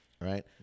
Right